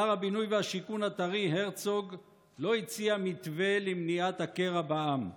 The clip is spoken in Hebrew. שר הבינוי והשיכון הטרי הרצוג לא הציע מתווה למניעת הקרע בעם,